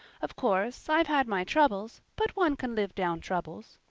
of course, i've had my troubles, but one can live down troubles.